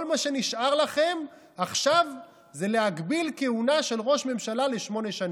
כל מה שנשאר לכם עכשיו זה להגביל כהונה של ראש ממשלה לשמונה שנים,